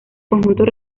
conjuntos